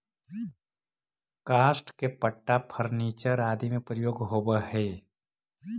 काष्ठ के पट्टा फर्नीचर आदि में प्रयोग होवऽ हई